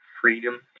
freedom